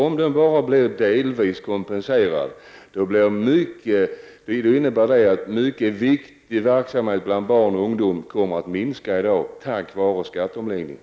Om man bara får delvis kompensation, innebär det att en mycket viktig verksamhet bland barn och ungdom kommer att minska i omfattning på grund av skatteomläggningen.